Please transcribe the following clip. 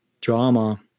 drama